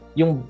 yung